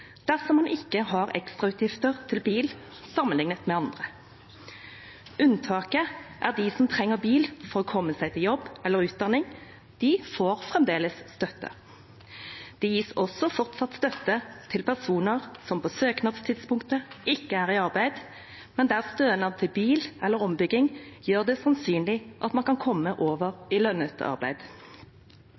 dersom man ikke har ekstrautgifter til bil sammenliknet med andre. Unntaket er at de som trenger bil for å komme seg til jobb eller utdanning, fremdeles får støtte. Det gis fortsatt støtte til personer som på søknadstidspunktet ikke er i arbeid, men der stønad til bil eller ombygging av bil gjør det sannsynlig at man kan komme over i